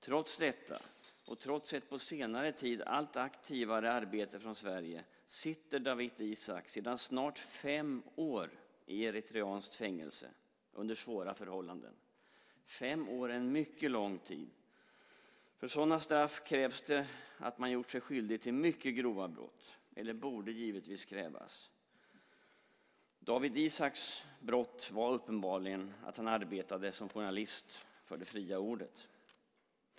Trots detta och trots ett på senare tid allt aktivare arbete från Sverige sitter Dawit Isaak sedan snart fem år i eritreanskt fängelse under svåra förhållanden. Fem år är en mycket lång tid. För sådana straff borde det givetvis krävas att man har gjort sig skyldig till mycket grova brott. Dawit Isaaks brott var uppenbarligen att han arbetade som journalist för det fria ordet.